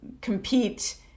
compete